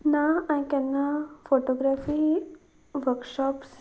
ना हांवें केन्ना फोटोग्रेफी वर्कशॉप्स